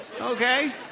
okay